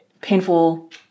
painful